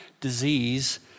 disease